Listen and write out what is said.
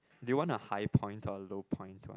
do you want a high point or low point one